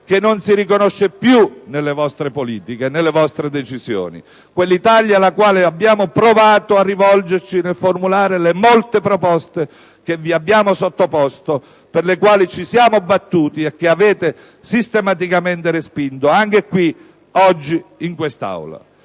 che non si riconosce più nelle vostre politiche e nelle vostre decisioni. Quell'Italia alla quale abbiamo provato a rivolgerci nel formulare le molte proposte che vi abbiamo sottoposto, per le quali ci siamo battuti e che avete sistematicamente respinto, anche qui oggi in quest'Aula.